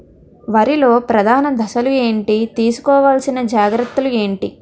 వరిలో ప్రధాన దశలు ఏంటి? తీసుకోవాల్సిన జాగ్రత్తలు ఏంటి?